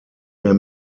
der